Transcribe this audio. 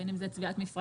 בין אם זה צביעת מפרצים,